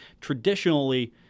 traditionally